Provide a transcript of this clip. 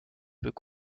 peut